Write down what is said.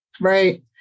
Right